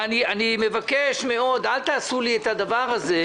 אני מבקש מאוד, אל תעשו לי את הדבר הזה.